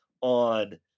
on